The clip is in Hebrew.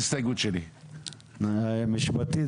אתה